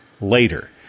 later